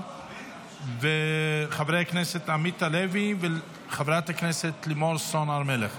ושל חבר הכנסת עמית הלוי וחברת הכנסת לימור סון הר מלך.